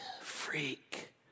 freak